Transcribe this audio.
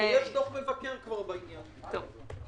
ועדת חקירה ממלכתית אם מבקר המדינה כתב דוח.